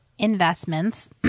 investments